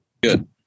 Good